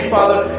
Father